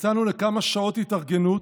יצאנו לכמה שעות התארגנות